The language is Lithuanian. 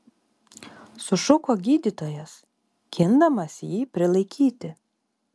sušuko gydytojas gindamas jį prilaikyti